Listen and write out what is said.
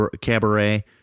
cabaret